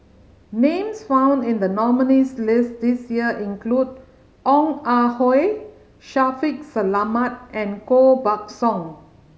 names found in the nominees' list this year include Ong Ah Hoi Shaffiq Selamat and Koh Buck Song